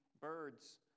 birds